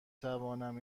توانم